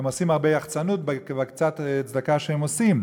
הן עושות הרבה יחצנות בקצת צדקה שהן עושות,